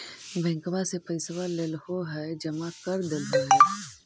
बैंकवा से पैसवा लेलहो है जमा कर देलहो हे?